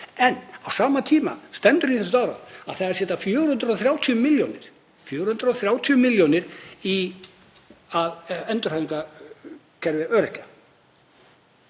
En á sama tíma stendur í þessum doðranti að það eigi að setja 430 milljónir í endurhæfingarkerfi öryrkja.